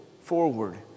forward